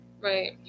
Right